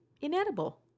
Inedible